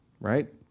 right